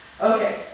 Okay